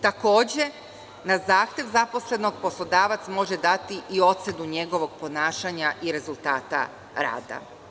Takođe, na zahtev zaposlenog poslodavac može dati i ocenu njegovog ponašanja i rezultata rada.